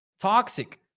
Toxic